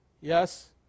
yes